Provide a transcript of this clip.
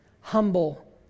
humble